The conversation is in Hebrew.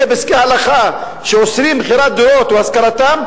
פסקי הלכה שאוסרים מכירת דירות או השכרתן,